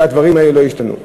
שהדברים האלה לא ישתנו.